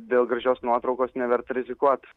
dėl gražios nuotraukos neverta rizikuot